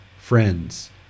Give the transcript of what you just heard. friends